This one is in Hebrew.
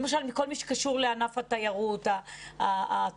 למשל כל מי שקשור לענף התיירות, התעופה.